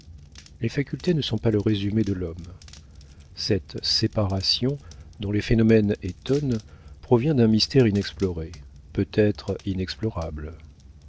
les facultés ne sont pas le résumé de l'homme cette séparation dont les phénomènes étonnent provient d'un mystère inexploré peut-être inexplorable